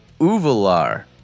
Uvalar